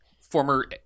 former